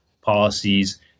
policies